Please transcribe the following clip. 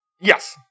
Yes